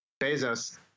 Bezos